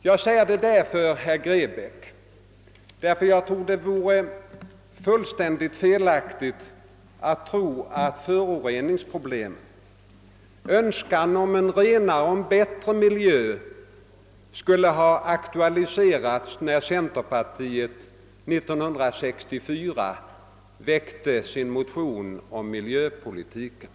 Jag har velat återge dessa rader, herr Grebäck, därför att jag tror att det vore fullständigt felaktigt att tro, att föroreningsproblem och önskan om en renare och bättre miljö skulle ha aktualiserats första gången när centerpartiet 1964 väckte sin motion om miljöpolitiken.